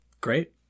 Great